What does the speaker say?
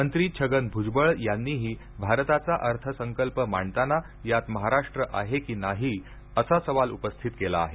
मंत्री छगन भूजबळ यांनीही भारताचा अर्थसंकल्प मांडताना यात महाराष्ट्र आहे की नाही असा सवाल उपस्थित केला आहे